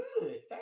Good